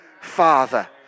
Father